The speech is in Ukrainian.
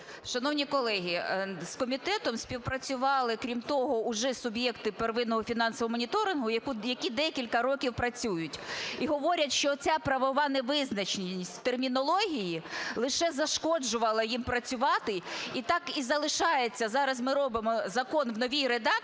Шановні колеги, з комітетом співпрацювали, крім того, уже суб'єкти первинного фінансового моніторингу, які декілька років працюють. І говорять, що оця правова невизначеність термінології лише зашкоджувала їм працювати. І так і залишається. Зараз ми робимо закон в новій редакції,